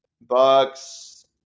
Bucks